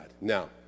Now